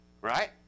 Right